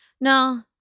No